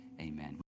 Amen